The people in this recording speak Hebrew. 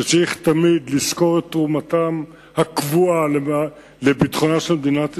שצריך תמיד לזכור את תרומתם הקבועה לביטחונה של מדינת ישראל,